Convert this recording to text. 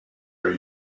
are